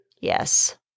Yes